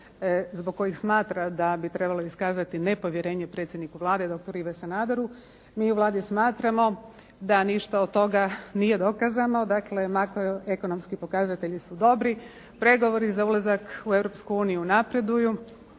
zbog kojih smatra da bi trebalo iskazati nepovjerenje predsjedniku Vlade dr. Ivi Sanaderu, mi u Vladi smatramo da ništa od toga nije dokazano, dakle makroekonomski pokazatelji su dobri, pregovori za ulazak u Europsku